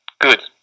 good